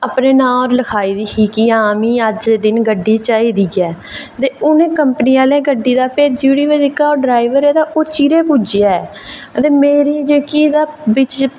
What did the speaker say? अपने नांऽ पर लिखाई दी ही की आं मिगी अज्ज दे दिन गड्डी चाहिदी ऐ ते उ'नें कंपनी आह्ले गड्डी ते भेजी ओड़ी ऐ पर जेह्ड़ा ट्राईवर ऐ ओह् चिरें पुज्जेआ ते मेरी जेह्की तां